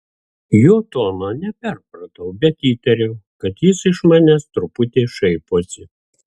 jo tono neperpratau bet įtariau kad jis iš manęs truputį šaiposi